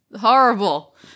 horrible